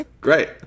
great